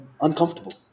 uncomfortable